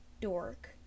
dork